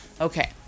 Okay